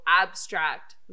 abstract